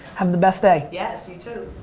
have the best day. yes, you too.